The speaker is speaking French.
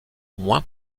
moins